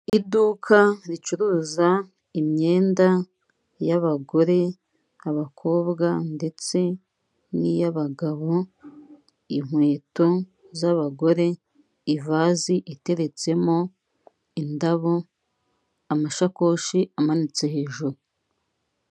Iduka ricuruza imyenda y'abagore, abakobwa ndetse n'iy'abagabo, inkweto z'abagore, ivazi iteretsemo indabo, amashakoshi amanitse hejuru.